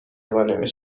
خراب